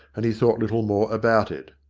and he thought little more about it.